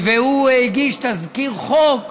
הוא הגיש תזכיר חוק,